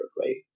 right